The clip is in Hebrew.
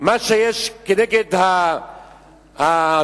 מה שיש כנגד העזתים,